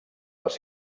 les